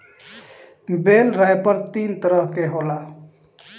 बेल wrapper तीन तरह के होला